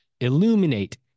Illuminate